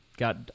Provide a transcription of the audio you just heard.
got